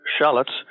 shallots